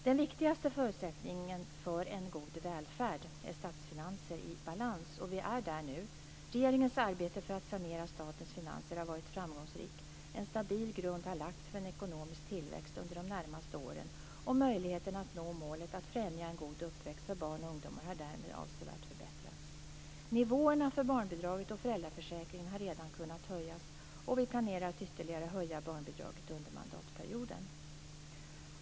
Den viktigaste förutsättningen för en god välfärd är statsfinanser i balans, och vi är där nu. Regeringens arbete för att sanera statens finanser har varit framgångsrikt. En stabil grund har lagts för en ekonomisk tillväxt under de närmaste åren. Möjligheten att nå målet att främja en god uppväxt för barn och ungdomar har därmed avsevärt förbättrats. Nivåerna för barnbidraget och föräldraförsäkringen har redan kunnat höjas, och vi planerar att ytterligare höja barnbidraget under mandatperioden.